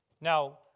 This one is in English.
Now